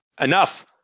Enough